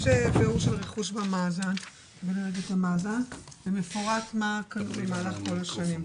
מפורט במאזן לגבי כל השנים.